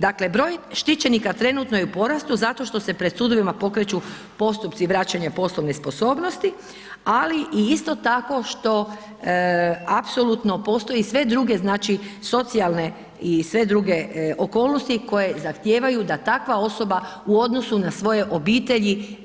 Dakle, broj štićenika trenutno je u porastu zato što pred sudovima pokreću postupci vraćanja poslovne sposobnosti, ali i isto tako što apsolutno postoje sve druge socijalne i sve druge okolnosti koje zahtijevaju da takva osoba u odnosu na svoje obitelji